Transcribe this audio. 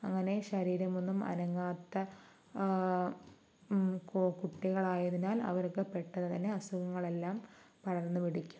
അങ്ങനെ ശരീരം ഒന്നും അനങ്ങാത്ത കുട്ടികളായതിനാൽ അവർക്ക് പെട്ടന്ന് തന്നെ അസുഖങ്ങളെല്ലാം പടർന്ന് പിടിക്കുന്നു